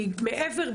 היא מעבר,